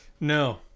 No